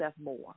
more